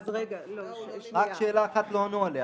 רק על שאלה אחת לא ענו.